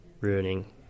ruining